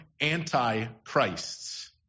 anti-Christs